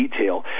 detail